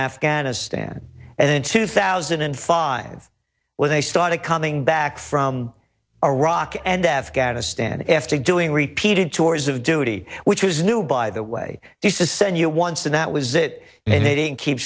afghanistan in two thousand and five when they started coming back from iraq and afghanistan after doing repeated tours of duty which was new by the way he says send you once and that was it and they didn't keep